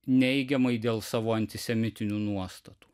neigiamai dėl savo antisemitinių nuostatų